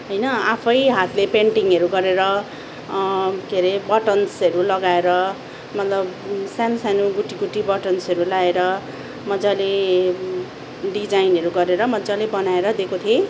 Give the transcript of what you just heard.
होइन आफै हातले पेन्टिङहरू गरेर के रे बटन्सहरू लगाएर मतलब सान् सानो गुटी गुटी बटन्सहरू लाएर मज्जाले डिजाइनहरू गरेर मज्जाले बनाएर दिएको थिएँ